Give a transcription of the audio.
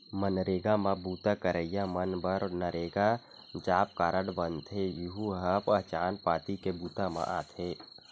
मनरेगा म बूता करइया मन बर नरेगा जॉब कारड बनथे, यहूं ह पहचान पाती के बूता म आथे